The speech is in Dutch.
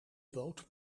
boot